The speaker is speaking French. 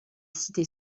cité